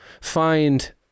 find